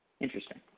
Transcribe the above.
Interesting